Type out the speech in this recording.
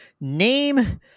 name